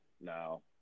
No